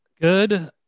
good